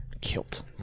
kilt